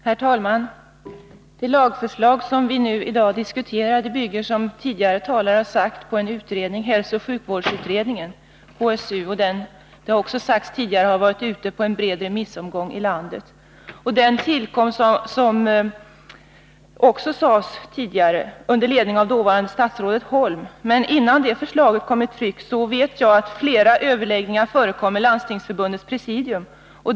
Herr talman! Det lagförslag som vi diskuterar nu i dag bygger, som tidigare talare har sagt, på en utredning — hälsooch sjukvårdsutredningen —som varit ute på en bred remissomgång i landet. Den tillkom, som också sagts tidigare, under ledning av dåvarande statsrådet Holm. Men innan förslaget kom i tryck förekom flera överläggningar med Landstingsförbundets presidium.